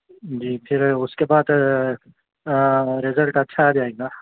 جی پھر اس کے بعد رزلٹ اچھا آجائے گا